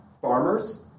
Farmers